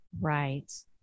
Right